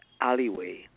alleyway